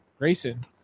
Grayson